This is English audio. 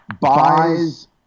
buys